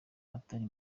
atari